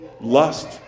lust